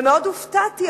ומאוד הופתעתי,